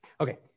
Okay